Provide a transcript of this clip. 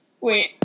Wait